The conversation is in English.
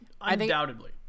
Undoubtedly